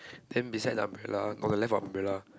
then beside the umbrella on the left of umbrella